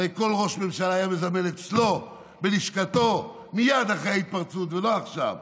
הרי כל ראש ממשלה היה מזמן אצלו בלשכתו מייד אחרי ההתפרצות ולא עכשיו.